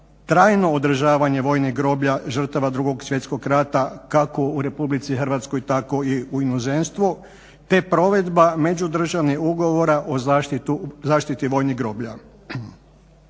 trajno održavanje vojnih groblja žrtava 2. svjetskog rata kako u RH tako i u inozemstvu te provedba međudržavnih ugovora o zaštiti vojnih groblja.